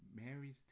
Mary's